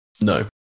No